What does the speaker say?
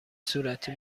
صورتی